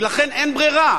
ולכן אין ברירה,